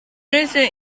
recent